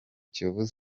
kiyovu